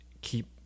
keep